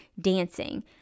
dancing